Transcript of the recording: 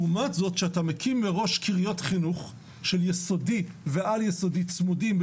לעומת זאת כשאתה מקים קריות חינוך של יסודי ועל-יסודי צמודים,